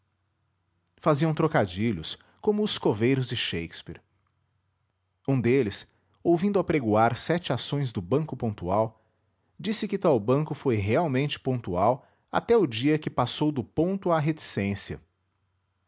faziam trocadilhos como os coveiros de shakespeare um deles ouvindo apregoar sete ações do banco pontual disse que tal banco foi realmente pontual até o dia em que passou do ponto à reticência